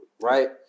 Right